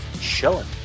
chilling